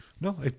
No